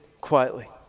quietly